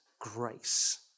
grace